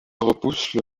repoussent